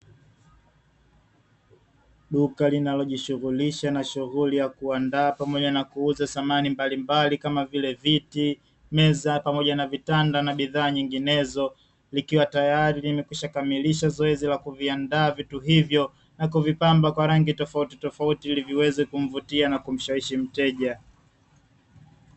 Duka linalojishughulisha na shughuli ya kuandaa pamoja na kuuza samani mbalimbali kama vile viti, meza pamoja na vitanda na bidhaa nyinginezo; likiwa tayari limekamilisha zoezi la kuviandaa vitu hivyo na kuvipamba kwa rangi tofautitofauti ili viweze kumvutia na kumshawishi mteja.